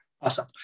Awesome